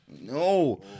No